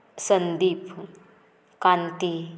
Sandeep Kanti